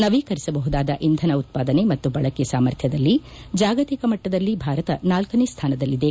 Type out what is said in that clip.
ನವೀಕರಿಸಬಹುದಾದ ಇಂಧನ ಉತ್ಸಾದನೆ ಮತ್ತು ಬಳಕೆ ಸಾಮಥ್ರ್ಧದಲ್ಲಿ ಜಾಗತಿಕ ಮಟ್ಟದಲ್ಲಿ ಭಾರತ ನಾಲ್ಕನೇ ಸ್ಡಾನದಲ್ಲಿದೆ